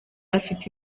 afite